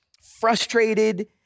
frustrated